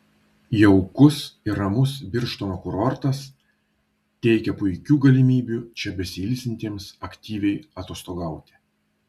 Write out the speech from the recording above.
jaukus ir ramus birštono kurortas teikia puikių galimybių čia besiilsintiems aktyviai atostogauti